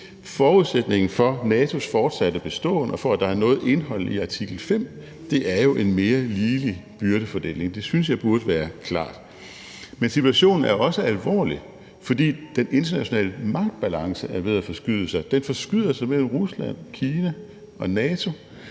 Forudsætningen for NATO's fortsatte beståen og for, at der er noget indhold i artikel 5, er jo en mere ligelig byrdefordeling, og det synes jeg burde være klart. Men situationen er jo også alvorlig, fordi den internationale magtbalance er ved at forskyde sig. Den forskyder sig mellem Rusland, Kina og NATO,